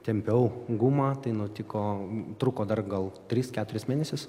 tempiau gumą tai nutiko truko dar gal tris keturis mėnesius